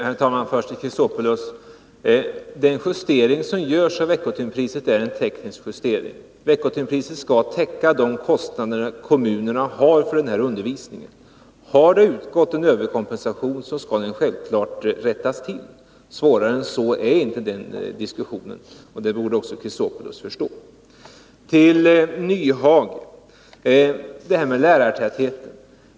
Herr talman! Först till Alexander Chrisopoulos. Den justering som görs av veckotimpriset är en teknisk justering. Veckotimpriset skall täcka de kostnader kommunerna har för denna undervisning. Har det utgått en överkompensation skall det självfallet rättas till. Svårare än så är inte den diskussionen, och det borde också Alexander Chrisopoulos förstå. Nr 120 Till Hans Nyhage vill jag säga följande beträffande lärartätheten.